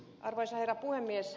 arvoisa herra puhemies